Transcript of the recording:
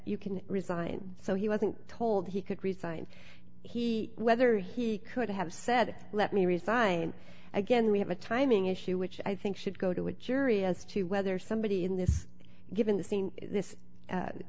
you can resign so he wasn't told he could resign he whether he could have said let me resign again we have a timing issue which i think should go to a jury as to whether somebody in this given the scene this